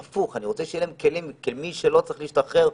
אלא לתת כלים כדי לדעת מי לא צריך להשתחרר.